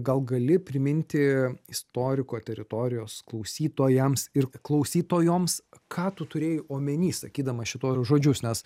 gal gali priminti istoriko teritorijos klausytojams ir klausytojoms ką tu turėjai omeny sakydamas šituos žodžius nes